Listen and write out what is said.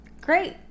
Great